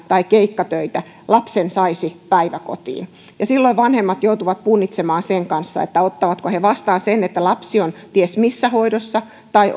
tai keikkatöitä lapsen saisi päiväkotiin ja silloin vanhemmat joutuvat punnitsemaan sen kanssa ottavatko he vastaan sen että lapsi on ties missä hoidossa vai